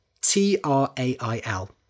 T-R-A-I-L